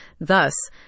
Thus